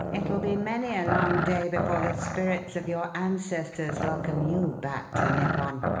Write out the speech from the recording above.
it'll be many a long day before the spirits of your ancestors welcome you back to nippon!